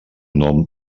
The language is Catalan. nom